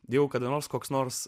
dėl kada nors koks nors